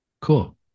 Cool